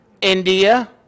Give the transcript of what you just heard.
India